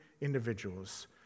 individuals